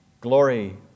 glory